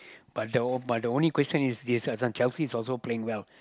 but the O but the only question is is the Chelsea also playing well